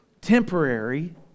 temporary